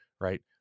right